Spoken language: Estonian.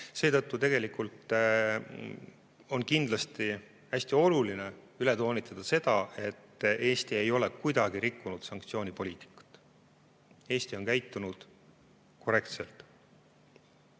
Seetõttu on kindlasti hästi oluline üle toonitada, et Eesti ei ole kuidagi rikkunud sanktsioonipoliitikat, Eesti on käitunud korrektselt.